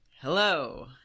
hello